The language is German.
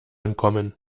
entkommen